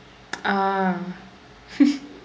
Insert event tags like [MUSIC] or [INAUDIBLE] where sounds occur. ah [LAUGHS]